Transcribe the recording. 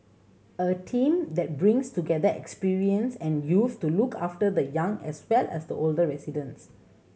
a team that brings together experience and youth to look after the young as well as the older residents